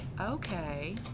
Okay